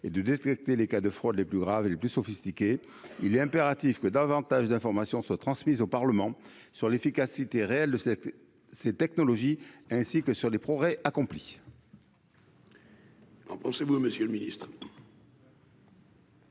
et de détecter les cas de fraudes les plus graves et les plus sophistiqués, il est impératif que davantage d'informations soient transmises au Parlement sur l'efficacité réelle de cette ces technologies ainsi que sur les progrès accomplis.